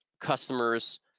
customers